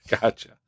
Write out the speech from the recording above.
Gotcha